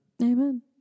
Amen